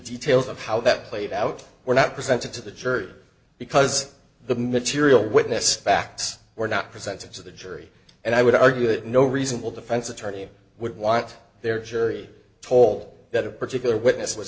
details of how that played out were not presented to the jury because the material witness facts were not presented to the jury and i would argue that no reasonable defense attorney would want their jury poll that a particular witness was